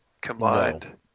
combined